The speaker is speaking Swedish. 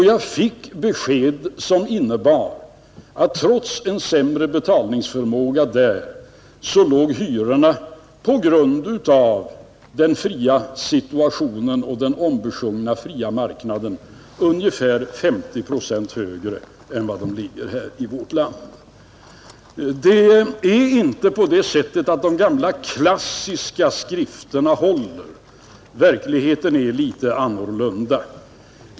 Jag fick besked som innebar att hyrorna där, trots en sämre betalningsförmåga och i den ombesjungna fria marknaden, låg ungefär 50 procent högre än de ligger i vårt land. Det är inte så att de gamla klassiska skrifterna håller. Verkligheten är litet annorlunda.